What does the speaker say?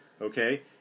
Okay